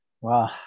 Wow